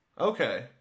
Okay